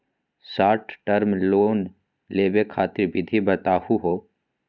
Short term loan लेवे खातीर विधि बताहु हो?